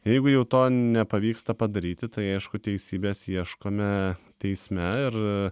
jeigu jau to nepavyksta padaryti tai aišku teisybės ieškome teisme ir